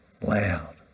loud